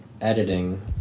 editing